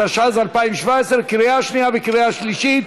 התשע"ז 2017, לקריאה שנייה וקריאה שלישית.